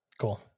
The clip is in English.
Cool